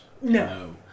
No